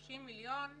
30 מיליון שקלים,